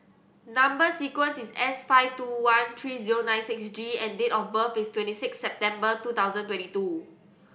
number sequence is S five two one three zero nine six G and date of birth is twenty six September two thousand twenty two